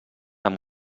amb